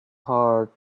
heart